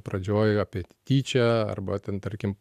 pradžioj apie tyčią arba ten tarkim